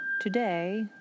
Today